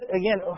again